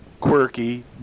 quirky